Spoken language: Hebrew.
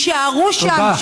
יישארו שם, תודה.